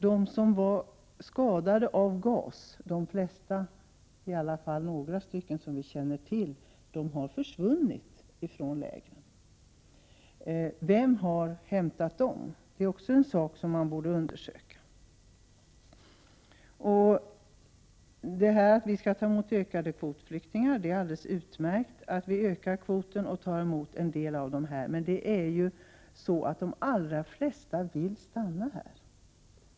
De som var skadade av gas har försvunnit från lägren — i alla fall några stycken som vi känner till. Vem har hämtat dem? Det är också en sak som man borde undersöka. Det är alldeles utmärkt att vi skall ta emot ett ökat antal kvotflyktingar. Men de allra flesta, de som har släktingar här, vill stanna här.